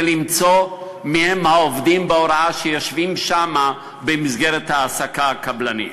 למצוא מי הם העובדים בהוראה שיושבים שם במסגרת ההעסקה הקבלנית.